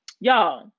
Y'all